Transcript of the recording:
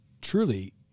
truly